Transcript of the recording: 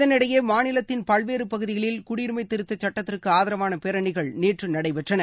இதனிடையே மாநிலத்தின் பல்வேறு பகுதிகளில் குடியுரிமை திருத்தச் சுட்டத்திற்கு ஆதரவான பேரணிகள் நடைபெற்றன